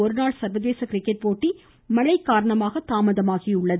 ஒருநாள் சர்வதேச கிரிக்கெட் போட்டி மழைக் காரணமாக தாமதமாகியுள்ளது